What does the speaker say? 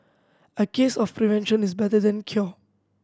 a case of prevention is better than cure